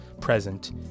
present